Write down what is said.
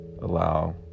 allow